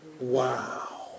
Wow